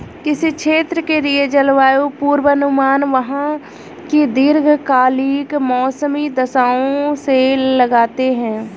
किसी क्षेत्र के लिए जलवायु पूर्वानुमान वहां की दीर्घकालिक मौसमी दशाओं से लगाते हैं